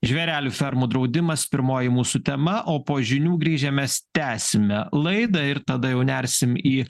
žvėrelių fermų draudimas pirmoji mūsų tema o po žinių grįžę mes tęsime laidą ir tada jau nersim į